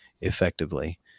effectively